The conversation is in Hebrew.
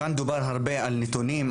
כאן דובר הרבה על נתונים,